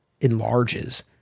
enlarges